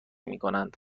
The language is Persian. میکنند